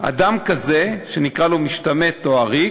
אדם כזה, שנקרא לו משתמט או עריק,